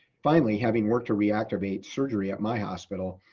finally, having worked a reactivate surgery at my hospital,